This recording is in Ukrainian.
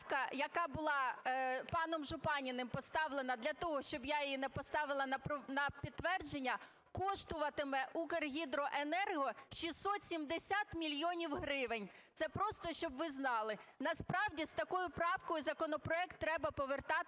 яка була паном Жупаниним поставлена для того, щоб я її не поставила на підтвердження, коштуватиме Укргідроенерго 670 мільйонів гривень. Це просто, щоб ви знали. Насправді з такою правкою законопроект треба повертати